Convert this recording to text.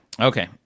okay